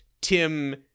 Tim